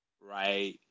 Right